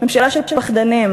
ממשלה של פחדנים.